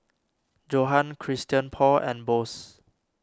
Johan Christian Paul and Bose